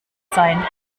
sein